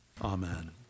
Amen